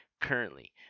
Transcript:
currently